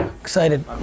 Excited